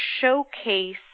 showcase